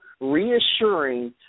reassuring